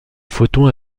photons